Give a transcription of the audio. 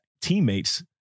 teammates